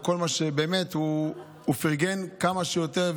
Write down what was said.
הוא פרגן כמה שיותר,